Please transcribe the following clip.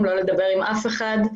לא לדבר עם אף אחד.